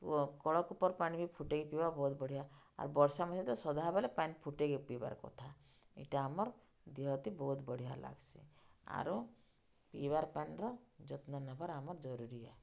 କଳ କୂପର ପାଣି ବି ଫୁଟେଇକି ପିଇବା ବହୁତ୍ ବଢ଼ିଆ ଆର୍ ବର୍ଷା ମାସେ ତ ସଧା ବେଲେ ପାଏନ୍ ଫୁଟେଇକି ପିଇବାର୍ କଥା ଇଟା ଆମର୍ ଦେହତି ବହୁତ୍ ବଢ଼ିଆ ଲାଗ୍ସି ଆରୁ ପିଇବାର୍ ପାଏନ୍ର ଯତ୍ନ ନେବାର୍ ଆମର୍ ଜରୁରୀ ଆଏ